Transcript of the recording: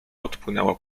odpłynęła